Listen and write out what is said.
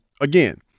Again